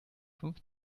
fünf